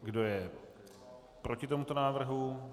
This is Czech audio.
Kdo je proti tomuto návrhu?